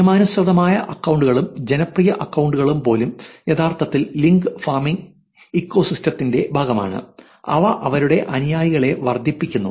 നിയമാനുസൃതമായ അക്കൌണ്ടുകളും ജനപ്രിയ അക്കൌണ്ടുകളും പോലും യഥാർത്ഥത്തിൽ ലിങ്ക് ഫാമിംഗ് ഇക്കോസിസ്റ്റത്തിന്റെ ഭാഗമാണ് അവ അവരുടെ അനുയായികളെ വർദ്ധിപ്പിക്കുന്നു